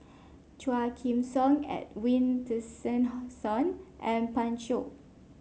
Quah Kim Song Edwin and Pan Shou